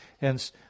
Hence